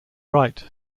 right